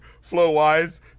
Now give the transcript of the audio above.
flow-wise